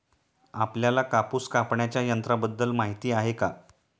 आपल्याला कापूस कापण्याच्या यंत्राबद्दल माहीती आहे का?